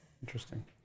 Interesting